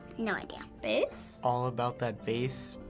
no idea. bass? all about that bass,